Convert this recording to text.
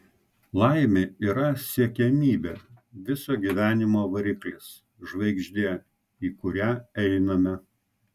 laimė yra siekiamybė viso gyvenimo variklis žvaigždė į kurią einame